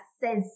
says